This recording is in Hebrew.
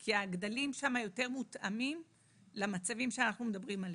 כי הגדלים שם יותר מותאמים למצבים שאנחנו מדברים עליהם,